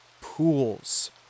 pools